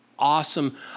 Awesome